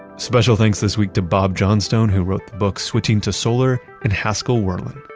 special thanks this week to bob johnstone who wrote the book, switching to solar and haskell werlin.